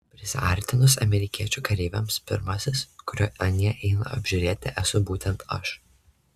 prisiartinus amerikiečių kareiviams pirmasis kurio anie eina apžiūrėti esu būtent aš